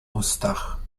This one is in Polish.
ustach